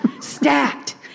stacked